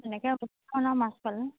তেনেকৈ বহুত ধৰণৰ মাছ পালোঁ